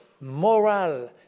moral